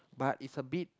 but it's a bit